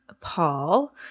Paul